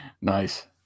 Nice